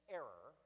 error